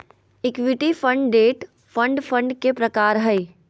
equity fund, debt fund fund के प्रकार हय